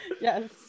Yes